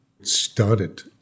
started